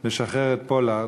לשחרר את פולארד,